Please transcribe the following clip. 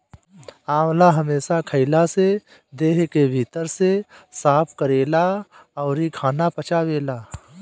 आंवला हमेशा खइला से देह के भीतर से साफ़ करेला अउरी खाना पचावेला